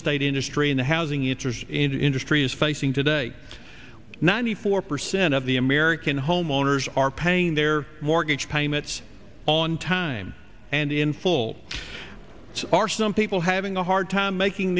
estate industry in the housing interest industry is facing today ninety four percent of the american homeowners are paying their mortgage payments on time and in full are some people having a hard time making